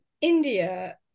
India